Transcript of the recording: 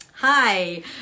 Hi